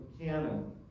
Canon